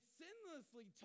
sinlessly